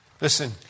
Listen